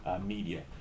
media